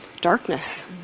darkness